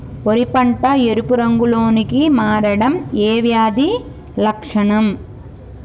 వరి పంట ఎరుపు రంగు లో కి మారడం ఏ వ్యాధి లక్షణం?